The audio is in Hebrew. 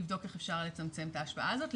לבדוק איך אפשר לצמצם את ההשפעה הזאת.